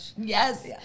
Yes